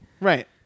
Right